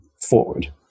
forward